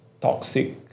toxic